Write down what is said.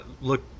look